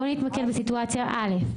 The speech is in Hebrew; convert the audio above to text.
בואי נתמקד בסיטואציה א'